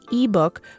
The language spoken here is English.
ebook